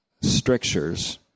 strictures